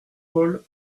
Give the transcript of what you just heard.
pol